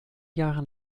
jahren